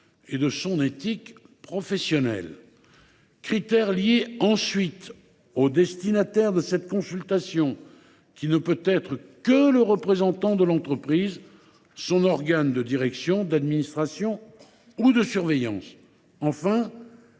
et de son éthique professionnelle. Ensuite, le destinataire de cette consultation ne pourra être que le représentant de l’entreprise, son organe de direction, d’administration ou de surveillance. Enfin,